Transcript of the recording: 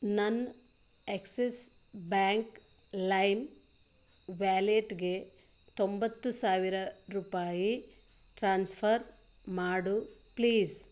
ನನ್ನ Axis bank Lime ವ್ಯಾಲೆಟ್ಗೆ ತೊಂಬತ್ತು ಸಾವಿರ ರೂಪಾಯಿ ಟ್ರಾನ್ಸ್ಫರ್ ಮಾಡು ಪ್ಲೀಸ್